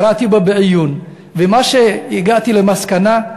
קראתי בו בעיון והגעתי למסקנה,